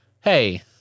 hey